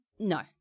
No